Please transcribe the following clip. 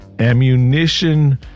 Ammunition